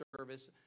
service